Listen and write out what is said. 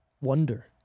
Wonder